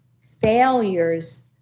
failures